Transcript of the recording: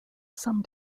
some